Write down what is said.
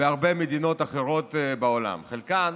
בהרבה מדינות אחרות בעולם, חלקן